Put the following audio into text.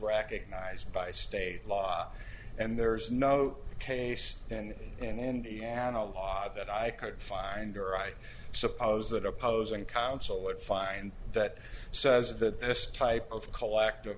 recognized by state law and there is no case and in indiana law that i could find or i suppose that opposing counsel would find that says that this type of collective